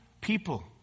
people